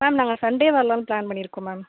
ma'am நாங்கள் Sunday வரலாம்னு plan பண்ணியிருக்கோம் மேம்